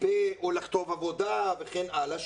או לכתוב עבודה וכן הלאה,